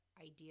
idea